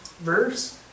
verse